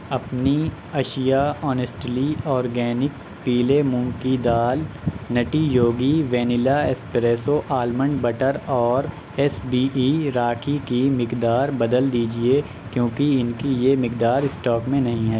اپنی اشیاء honestly organic پیلے مونگ کی دال Nutty Yogi vanilla espresso almond butter اور ایس بی ای راکھی کی مقدار بدل دیجیے کیونکہ ان کی یہ مقدار اسٹاک میں نہیں ہے